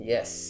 Yes